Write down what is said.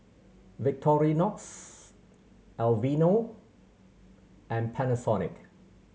Victorinox Aveeno and Panasonic